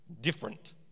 different